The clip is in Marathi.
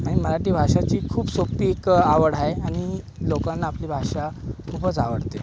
आणि मराठी भाषाची खूप सोपी एक आवड आहे आणि लोकांना आपली भाषा खूपच आवडते